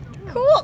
cool